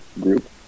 group